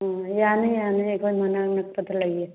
ꯎꯝ ꯌꯥꯅꯤ ꯌꯥꯅꯤ ꯑꯩꯈꯣꯏ ꯃꯅꯥꯛ ꯅꯛꯄꯗ ꯂꯩꯌꯦ